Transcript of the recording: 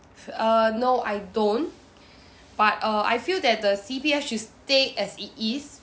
err no I don't but uh I feel that the C_P_F should stay as it is